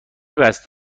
قصد